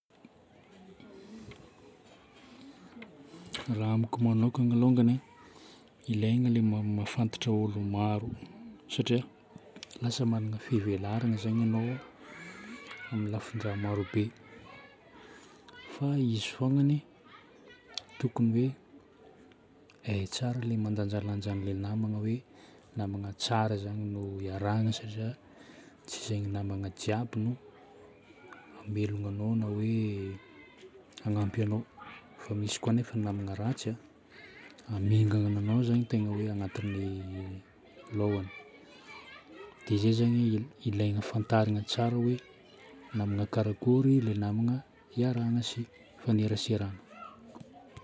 Raha amiko manokagna alongany a, ilaigna ilay mahafantatra olo maro satria lasa magnana fivelarana zagny ianao amin'ny lafin-draha marobe. Fa izy fôgnany tokony hoe hay tsara ilay mandanjalanja an'ilay namagna hoe namagna tsara zagny no iarahana satria tsy izay namagna jiaby no hoe hamelogno anao na hoe hagnampy anao, fa misy koa anefa ny namagna ratsy an, hamingana anao zagny no tegna hoe ao agnatin'ny lôhany. Dia izay zagny ilaigna fantarina tsara hoe namagna karakory ilay namagna iarahana sy ifaneraserana.